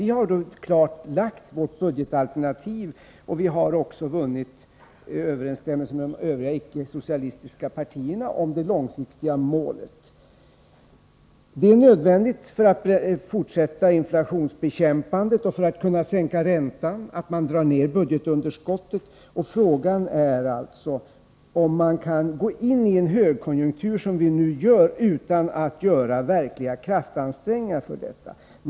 Vi i centern har klart redovisat vårt budgetalternativ och vunnit överensstämmelse med de övriga icke-socialistiska partierna om det långsiktiga målet. För att fortsätta inflationsbekämpandet och för att kunna sänka räntan är det nödvändigt att vi drar ned budgetunderskottet. Frågan är om man kan gå in i en högkonjunktur, som vi nu är i färd med, utan att göra verkliga kraftansträngningar för att få ned budgetunderskottet.